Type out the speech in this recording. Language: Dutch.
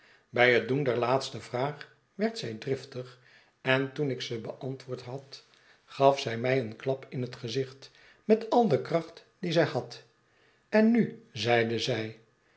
bij het doen der laatste vraag werd zij driftig en toen ik ze beantwoord had gaf zij mij een klap in het gezicht met al de kracht die zij had en nu zeide zij